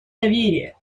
доверия